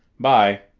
by.